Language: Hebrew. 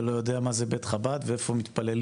ולא יודע מה זה בית חב"ד ואיפה מתפללים.